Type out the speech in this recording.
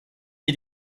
mir